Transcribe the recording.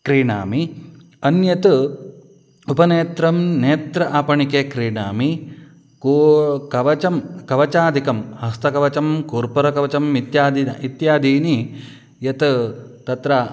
क्रीणामि अन्यत् उपनेत्रं नेत्रम् आपणे क्रीणामि कूपी कवचं कवचादिकं हस्तकवचं कूर्परकवचम् इत्यादीनि इत्यादीनि यत् तत्र